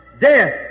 death